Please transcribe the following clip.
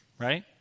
Right